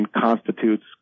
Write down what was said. constitutes